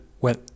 went